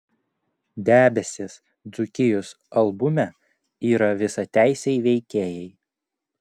debesys dzūkijos albume yra visateisiai veikėjai